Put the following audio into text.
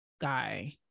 guy